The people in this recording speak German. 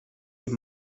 dem